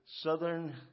southern